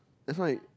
that's why